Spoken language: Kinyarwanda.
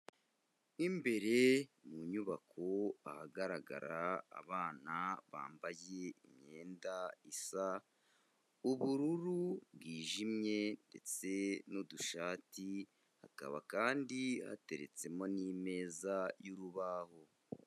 Mo imbere mu nyubako ahagaragara abana bambaye imyenda isa ubururu bwijimye ndetse n'udushati, akaba kandi hateretsemo n'imeza y'urubaho.